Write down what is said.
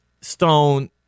Stone